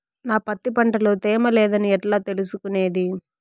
నా పత్తి పంట లో తేమ లేదని ఎట్లా తెలుసుకునేది?